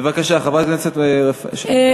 בבקשה, חברת הכנסת מועלם.